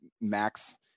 max